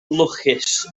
lwcus